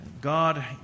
God